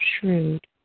shrewd